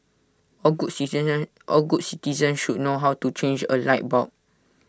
all good citizens all good citizens should learn how to change A light bulb